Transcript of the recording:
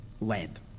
land